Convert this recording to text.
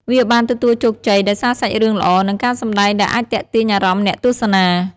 វាបានទទួលជោគជ័យដោយសារសាច់រឿងល្អ និងការសម្ដែងដែលអាចទាក់ទាញអារម្មណ៍អ្នកទស្សនា។